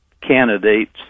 candidates